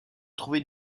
trouvait